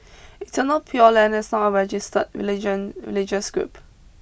Eternal Pure Land is not a registered religion religious group